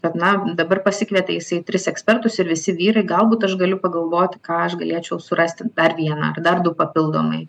kad na dabar pasikvietė jisai tris ekspertus ir visi vyrai galbūt aš galiu pagalvoti ką aš galėčiau surasti dar vieną ar dar du papildomai